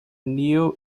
neo